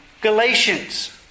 Galatians